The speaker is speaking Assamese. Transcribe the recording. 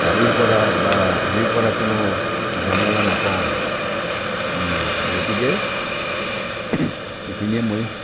গাড়ীৰ পৰা বা হেৰিৰ পৰা কোনো ঝামেলা নাপাওঁ গতিকে এইখিনিয়ে মই